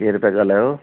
केरु था ॻाल्हायो